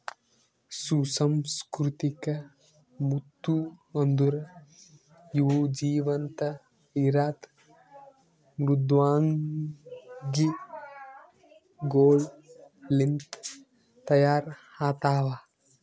ಸುಸಂಸ್ಕೃತಿಕ ಮುತ್ತು ಅಂದುರ್ ಇವು ಜೀವಂತ ಇರದ್ ಮೃದ್ವಂಗಿಗೊಳ್ ಲಿಂತ್ ತೈಯಾರ್ ಆತ್ತವ